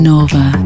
Nova